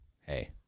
hey